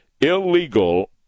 illegal